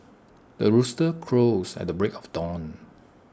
the rooster crows at the break of dawn